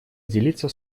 делиться